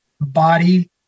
body